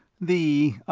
the,